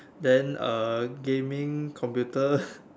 then uh gaming computer